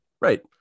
right